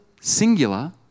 singular